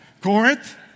Corinth